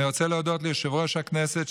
אני רוצה להודות ליושב-ראש הכנסת,